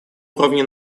уровне